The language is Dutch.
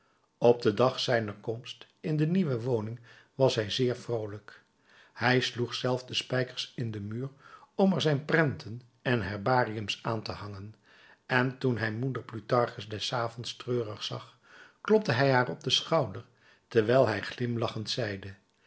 op den dag zijner komst in de nieuwe woning was hij zeer vroolijk hij sloeg zelf de spijkers in den muur om er zijn prenten en herbariums aan te hangen en toen hij moeder plutarchus des avonds treurig zag klopte hij haar op den schouder terwijl hij glimlachend zeide